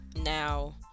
Now